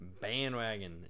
Bandwagon